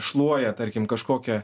šluoja tarkim kažkokią